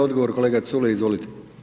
Odgovor kolega Culej, izvolite.